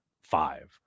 five